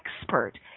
expert